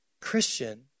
Christian